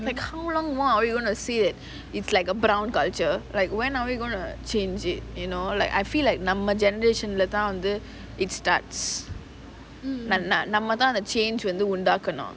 how long more are we going to say that it's like a brown culture like when are we going to change it you know like I feel like நம்ம:namma generation lah தான்:thaan it starts நம்ம தான் அந்த:namma thaan antha change eh உண்டாக்கும்:undaakanum